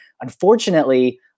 Unfortunately